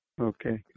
okay